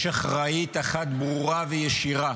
יש אחראית אחת ברורה וישירה,